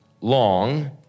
long